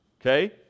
Okay